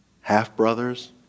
half-brothers